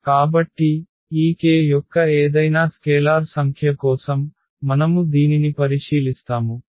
కాబట్టి ఈ k యొక్క ఏదైనా స్కేలార్ సంఖ్య కోసం మనము దీనిని పరిశీలిస్తాము